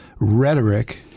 rhetoric